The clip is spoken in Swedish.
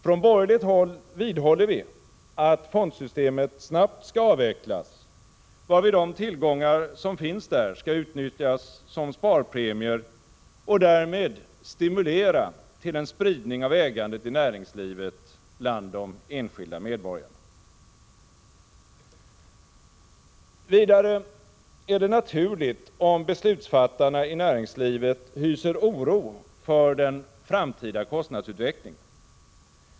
Från borgerligt håll vidhåller vi att fondsystemet snabbt skall avvecklas, varvid de tillgångar som finns där skall utnyttjas som sparpremier och därmed stimulera till en spridning av ägandet i näringslivet bland de enskilda medborgarna. Vidare är det naturligt om beslutsfattarna i näringslivet hyser oro för den framtida kostnadsutvecklingen.